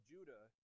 Judah